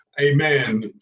amen